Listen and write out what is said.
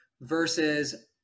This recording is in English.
versus